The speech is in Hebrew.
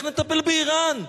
איך נטפל באירן?